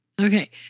Okay